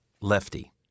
Lefty